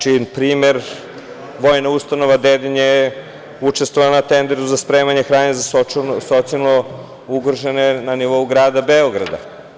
Primer Vojna ustanova Dedinje učestvovala je na tenderu za spremanje hrane za socijalno ugrožene na nivou grada Beograda.